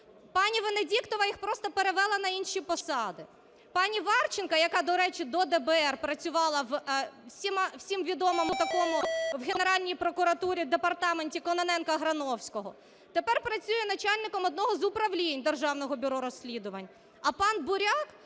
Пані Венедіктова їх просто перевела на інші посади. Пані Варченко, яка, до речі, до ДБР працювала у всім відомому такому в Генеральній прокуратурі департаменті Кононенко-Грановського, тепер працює начальником одного з управлінь Державного бюро розслідувань.